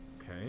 Okay